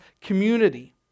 community